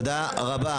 תודה רבה.